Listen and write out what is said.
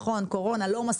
נכון, קורונה, לא מספיק,